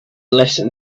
listen